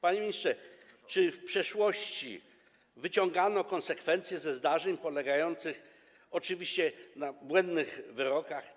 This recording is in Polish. Panie ministrze, czy w przeszłości wyciągano konsekwencje ze zdarzeń wynikających oczywiście z błędnych wyroków?